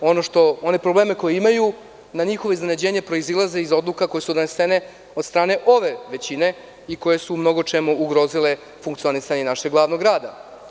One probleme koje imaju, na njihovo iznenađenje proizilaze iz odluka koje su donesene od strane ove većine i koje su u mnogo čemu ugrozile funkcionisanje našeg glavnog grada.